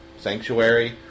sanctuary